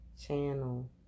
channel